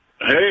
Hey